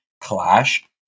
clash